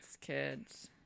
kids